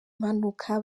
mpanuka